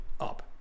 up